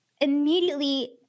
immediately